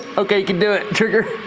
okay, you can do it! trigger!